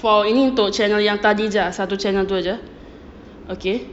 for ini untuk channel yang tadi jer satu channel tu jer okay